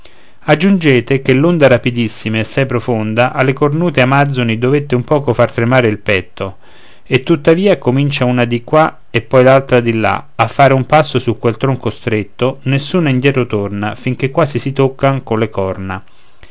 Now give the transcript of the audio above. aggiungete che l'onda rapidissima e assai profonda alle cornute amazzoni dovette un poco far tremare il petto e tuttavia comincia una di qua e poi l'altra di là a fare un passo su quel tronco stretto nessuna indietro torna fin che quasi si toccan con le corna